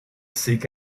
seek